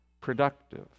productive